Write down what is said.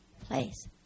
place